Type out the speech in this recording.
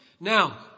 Now